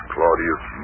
Claudius